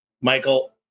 Michael